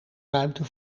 ruimte